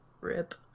Rip